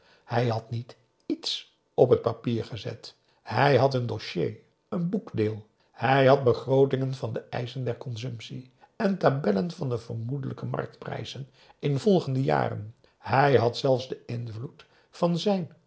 hij had niet iets op t papier gezet hij had n dossier n boekdeel hij had begrootingen van de eischen der consumptie en tabellen van de vermoedelijke marktprijzen in volgende jaren hij had zelfs den invloed van zijn